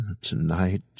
tonight